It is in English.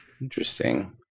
Interesting